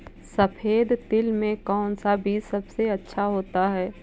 सफेद तिल में कौन सा बीज सबसे अच्छा होता है?